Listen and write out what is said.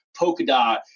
Polkadot